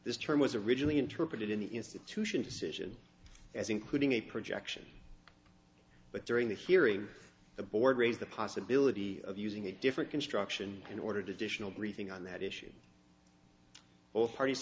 this term was originally interpreted in the institution decision as including a projection but during the hearing the board raised the possibility of using a different construction in order to dish and briefing on that issue both parties